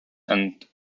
and